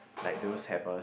like those have a